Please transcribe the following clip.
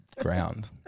ground